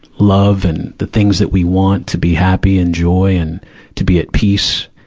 love and the things that we want to be happy and joy and to be at peace.